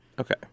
Okay